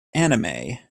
anime